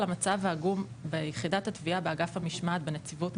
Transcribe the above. המצב העגום ביחידת התביעה באגף המשמעת בנציבות,